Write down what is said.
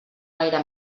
gaire